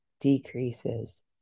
decreases